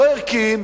לא ערכיים.